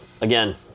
again